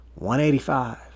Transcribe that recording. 185